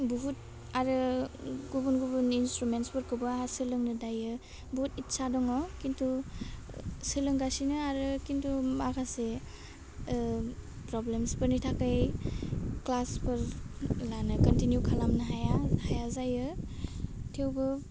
बहुद आरो गुबुन गुबुन इन्सथ्रुमेन्सफोरखौबो आहा सोलोंनो दायो बहुद इदसा दङ खिन्थु सोलोंगासिनो आरो खिन्थु माखासे ओह फ्रब्लोम्सफोरनि थाखै ख्लासफोर लानाय खनटिनिउ खालामनो हाया हाया जायो थेवबो